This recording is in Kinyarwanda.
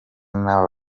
n’abo